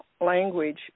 language